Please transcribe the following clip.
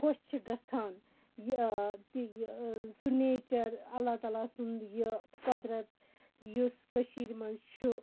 خۄش چھِ گژھان یہِ تہِ سُہ نیچَر اللہ تعالیٰ سُنٛد یہِ قۄدرَت یُس کٔشیٖرِ منٛز چھُ